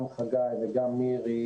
גם חגי וגם מירי,